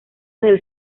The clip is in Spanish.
del